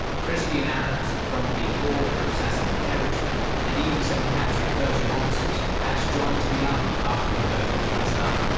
christian arabs from the border of sassanid territory and even some captured persian officers had joined the army after converting to islam.